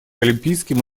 олимпийским